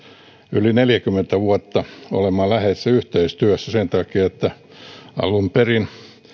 yli neljäkymmentä vuotta olemaan läheisessä yhteistyössä sen takia että alun perin